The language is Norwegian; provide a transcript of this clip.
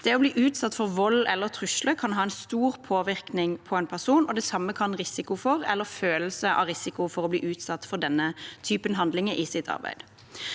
Det å bli utsatt for vold eller trusler kan ha stor påvirkning på en person, og det samme kan risiko for, eller følelse av risiko for, å bli utsatt for denne typen handlinger i sitt arbeid.